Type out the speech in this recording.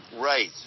Right